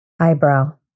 Eyebrow